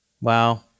Wow